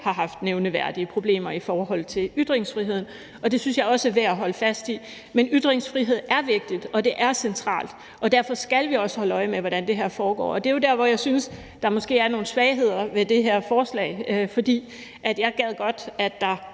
har haft nævneværdige problemer i forhold til ytringsfriheden, og det synes jeg også er værd at holde fast i. Men ytringsfrihed er vigtigt, og det er centralt, og derfor skal vi også holde øje med, hvordan det her foregår. Det er jo der, hvor jeg synes der måske er nogle svagheder ved det her forslag, for jeg gad godt, at der